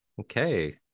okay